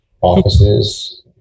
offices